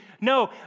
No